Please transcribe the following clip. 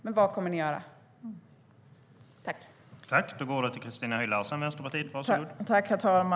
Men vad kommer ni att göra?